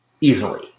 easily